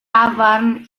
dafarn